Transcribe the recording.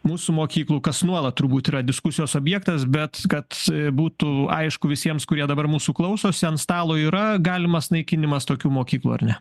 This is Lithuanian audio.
mūsų mokyklų kas nuolat turbūt yra diskusijos objektas bet kad būtų aišku visiems kurie dabar mūsų klausosi ant stalo yra galimas naikinimas tokių mokyklų ar ne